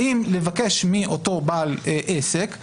האם לבקש מאותו בעל עסק לדווח,